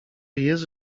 jest